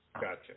Gotcha